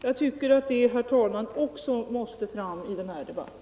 Jag tycker, herr talman, att även detta måste komma med i den här debatten.